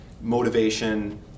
motivation